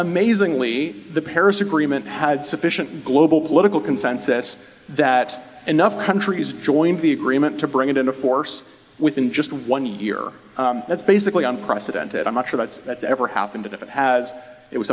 amazingly the paris agreement had sufficient global political consensus that enough countries joined the agreement to bring it into force within just one year that's basically unprecedented i'm not sure that's that's ever happened and if it has it was